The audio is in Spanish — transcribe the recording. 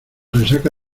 resaca